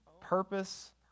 purpose